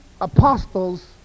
apostles